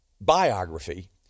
biography